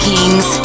Kings